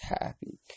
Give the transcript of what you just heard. happy